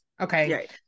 okay